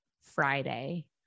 Friday